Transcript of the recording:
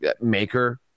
Maker